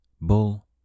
Bull